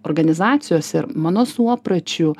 organizacijose ir mano suopračiu